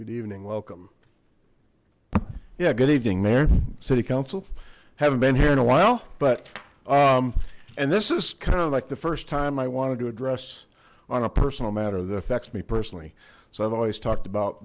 good evening welcome yeah good evening their city council haven't been here in a while but and this is kind of like the first time i wanted to address on a personal matter that affects me personally so i've always talked about